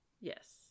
yes